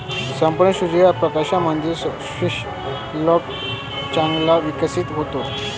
संपूर्ण सूर्य प्रकाशामध्ये स्क्वॅश प्लांट चांगला विकसित होतो